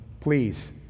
please